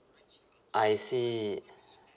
I see